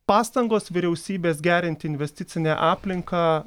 pastangos vyriausybės gerinti investicinę aplinką